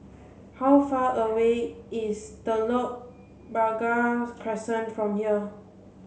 how far away is Telok Blangah Crescent from here